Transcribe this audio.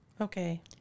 Okay